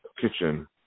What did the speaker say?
kitchen